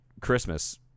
Christmas